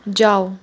जाऊ